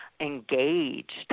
engaged